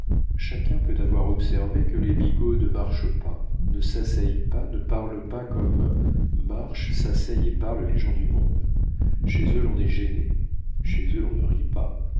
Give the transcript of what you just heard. chacun peut avoir observé que les bigots ne marchent pas ne s'asseyent pas ne parlent pas comme marchent s'asseyent et parlent les gens du monde chez eux l'on est gêné chez eux l'on ne rit pas